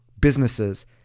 businesses